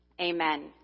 Amen